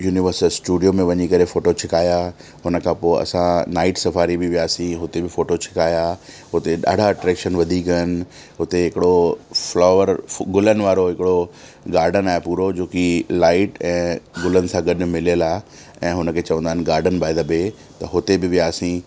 universe Studio में वञी करे फोटो छिकाया हुन खां पोइ असां नाईट सफारी बि वियासीं हुते बि फोटो छिकाया हुते ॾाढा अट्रेक्शन वधीक आहिनि हिते हिकिड़ो फ्लॉवर गुलनि वारो हिकिड़ो गार्डन आहे पूरो की लाईट ऐं गुलनि सां गॾु मिलियल आहे ऐं हुननि खे चवंदा आहिनि गार्डन बाय द बे त हुते बि वियासीं